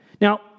Now